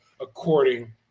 according